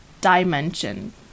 dimension